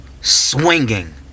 swinging